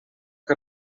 que